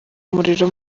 umuriro